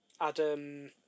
adam